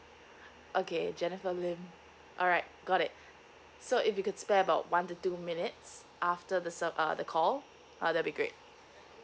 okay jennifer lim alright got it so if you could spare about one to two minutes after the sur~ uh the call uh that'll be great